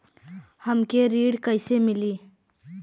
हमके ऋण कईसे मिली?